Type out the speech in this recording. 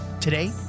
Today